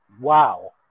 Wow